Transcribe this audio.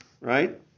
Right